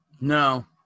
No